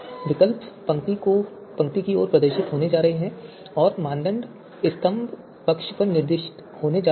विकल्प पंक्ति की ओर प्रदर्शित होने जा रहे हैं और मानदंड स्तंभ पक्ष पर प्रदर्शित होने जा रहे हैं